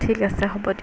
ঠিক আছে হ'ব দিয়ক